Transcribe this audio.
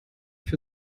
für